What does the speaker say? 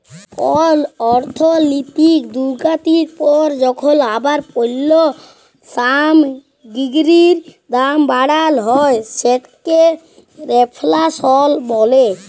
call অর্থলৈতিক দুর্গতির পর যখল আবার পল্য সামগ্গিরির দাম বাড়াল হ্যয় সেটকে রেফ্ল্যাশল ব্যলে